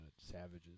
savages